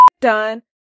done